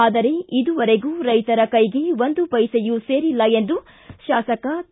ಆದರೆ ಇದುವರೆಗೂ ರೈತರ ಕೈಗೆ ಒಂದು ಪೈಸೆಯೂ ಸೇರಿಲ್ಲ ಎಂದು ಶಾಸಕ ಕೆ